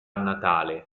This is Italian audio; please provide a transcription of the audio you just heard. natale